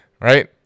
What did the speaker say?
right